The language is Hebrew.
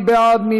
מי בעד?